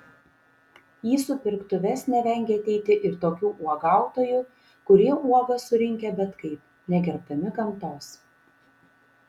į supirktuves nevengia ateiti ir tokių uogautojų kurie uogas surinkę bet kaip negerbdami gamtos